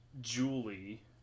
Julie